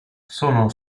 sono